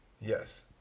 Yes